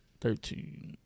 Thirteen